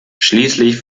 schließlich